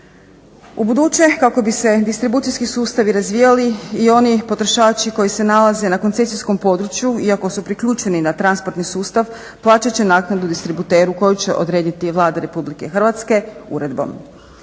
Ubuduće kako bi se distribucijski sustavi razvijali i oni potrošači koji se nalaze na koncesijskom području iako su priključeni na transportni sustav plaćat će naknadu distributeru koju će odrediti Vlada Republike Hrvatske uredbom.